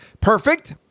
perfect